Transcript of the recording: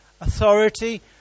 authority